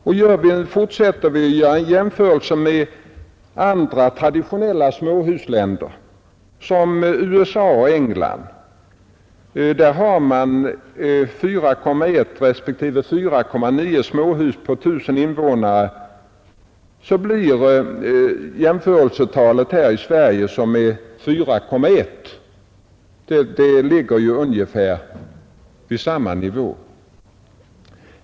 Om vi fortsätter att göra jämförelser med andra traditionella småhusländer som USA och England, där man bygger 4,1 respektive 4,9 småhus per tusen innevånare, blir jämförelsetalet i Sverige 4,1, dvs. det ligger vid ungefär samma nivå.